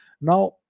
Now